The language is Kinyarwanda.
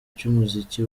cy’umuziki